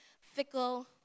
fickle